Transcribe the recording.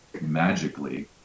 magically